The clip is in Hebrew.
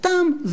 סתם,